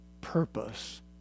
purpose